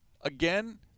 again